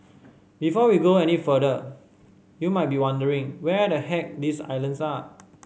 before we go on any further you might be wondering where the heck these islands are